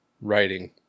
writing